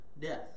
death